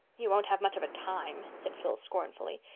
you won't have much of a time, said phil scornfully.